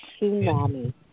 tsunami